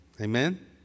Amen